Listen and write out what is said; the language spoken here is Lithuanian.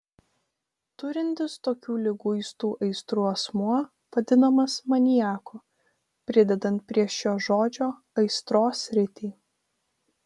turintis tokių liguistų aistrų asmuo vadinamas maniaku pridedant prie šio žodžio aistros sritį